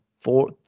Four